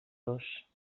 los